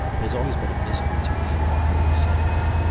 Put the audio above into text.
has always been a mystery to me why we sank her,